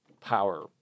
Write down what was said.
power